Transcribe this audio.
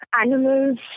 animals